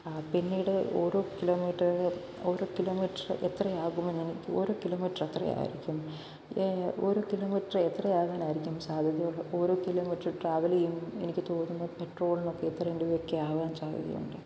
പിന്നീട് ഓരോ കിലോമീറ്ററിന് ഒരു കിലോമീറ്റർ എത്രയാകുമെന്ന് ഓരോ കിലോമീറ്റർ എത്രയായിരിക്കും ഇത് ഓരോ കിലോമീറ്ററിന് എത്രയാകാനായിരിക്കും സാധ്യത ഓരോ കിലോമീറ്റർ ട്രാവലെയ്യും എനിക്ക് തോന്നുന്നു പെട്രോളിനൊക്കെ ഇത്രയും രൂപയൊക്കെയാവാൻ സാധ്യതയുണ്ട്